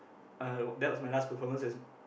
uh that was my last performance as